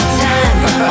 time